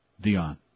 Dion